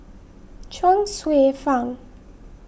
Chuang Hsueh Fang